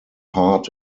hart